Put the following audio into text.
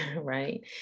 right